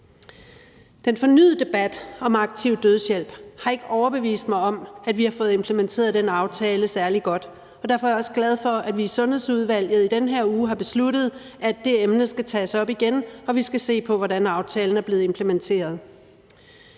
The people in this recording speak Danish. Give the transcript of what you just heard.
Den fornyede debat om aktiv dødshjælp har ikke overbevist mig om, at vi har fået implementeret den aftale særlig godt, og derfor er jeg også glad for, at vi i Sundhedsudvalget i den her uge har besluttet, at det emne skal tages op igen og vi skal se på, hvordan aftalen er blevet implementeret.